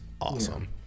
awesome